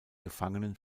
gefangenen